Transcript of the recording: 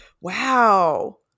Wow